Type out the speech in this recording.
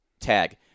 tag